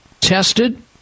tested